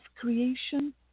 creation